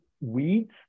weeds